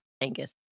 Angus